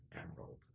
emerald